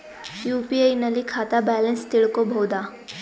UPI ನಲ್ಲಿ ಖಾತಾ balance ತಿಳಕೊ ಬಹುದಾ?